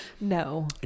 No